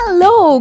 Hello